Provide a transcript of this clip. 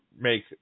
make